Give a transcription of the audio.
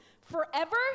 Forever